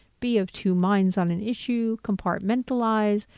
be of two minds on an issue, compartmentalize,